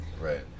right